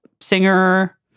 singer